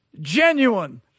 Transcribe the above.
genuine